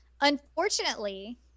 unfortunately